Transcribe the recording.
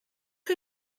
chi